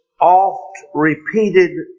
oft-repeated